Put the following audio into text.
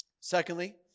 Secondly